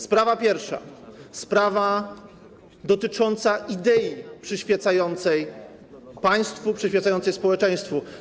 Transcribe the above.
Sprawa pierwsza, sprawa dotycząca idei przyświecającej państwu, przyświecającej społeczeństwu.